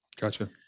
Gotcha